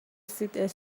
sit